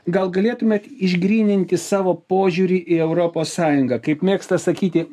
gal galėtumėt išgryninti savo požiūrį į europos sąjungą kaip mėgsta sakyti